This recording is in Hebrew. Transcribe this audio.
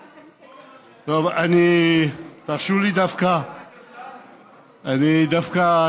טוב, אני, מה אתם עשיתם לנו.